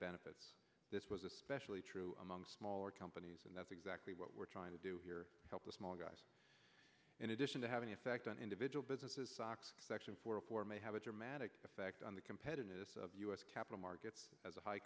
benefits this was especially true among smaller companies and that's exactly what we're trying to do here help the small guys in addition to having effect on individual businesses socks section for poor may have a dramatic effect on the competitiveness of u s capital markets as a high